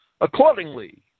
accordingly